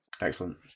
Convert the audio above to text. Excellent